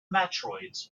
matroids